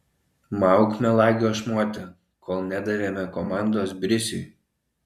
mauk melagio šmote kol nedavėme komandos brisiui